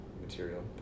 material